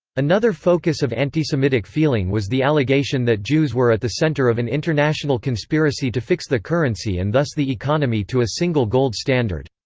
another focus of antisemitic feeling was the allegation that jews were at the center of an international conspiracy to fix the currency and thus the economy to a single gold standard.